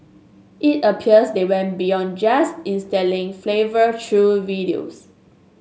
it appears they went beyond just instilling fervour through videos